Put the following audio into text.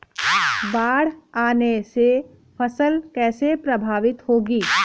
बाढ़ आने से फसल कैसे प्रभावित होगी?